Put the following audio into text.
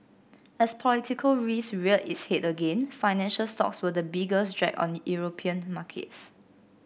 as political risk reared its head again financial stocks were the biggest drag on European markets